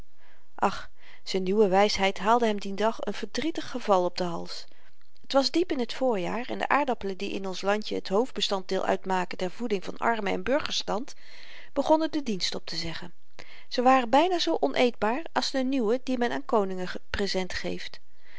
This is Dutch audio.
ach z'n nieuwe wysheid haalde hem dien dag n verdrietig geval op den hals t was diep in t voorjaar en de aardappelen die in ons landjen t hoofdbestanddeel uitmaken der voeding van armen en burgerstand begonnen den dienst optezeggen ze waren byna zoo oneetbaar als de nieuwe die men aan koningen prezent geeft